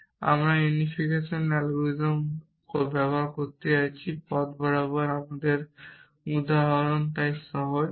এবং আমরা unification algorithm ব্যবহার করতে যাচ্ছি পথ বরাবর আমাদের উদাহরণ তাই সহজ